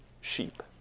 sheep